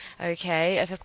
okay